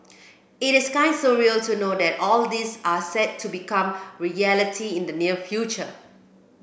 it is kind surreal to know that all this are set to become reality in the near future